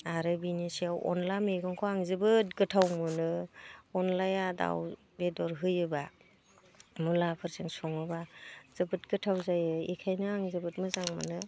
आरो बिनि सायाव अनद्ला मैगंखौ आं जोबोद गोथाव मोनो अनद्लाया दाउ बेदर होयोब्ला मुलाफोरजों सङोब्ला जोबोद गोथाव जायो एखायनो आं जोबोद मोजां मोनो